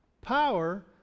Power